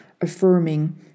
affirming